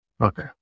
Okay